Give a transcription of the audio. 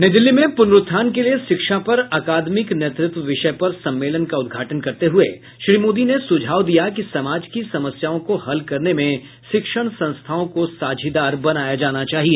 नई दिल्ली में पुनरुत्थान के लिए शिक्षा पर अकादमिक नेतृत्व विषय पर सम्मेलन का उद्घाटन करते हुए श्री मोदी ने सुझाव दिया कि समाज की समस्याओं को हल करने में शिक्षण संस्थाओं को साझीदार बनाया जाना चाहिए